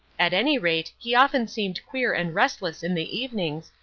at any rate he often seemed queer and restless in the evenings,